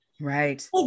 Right